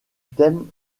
thème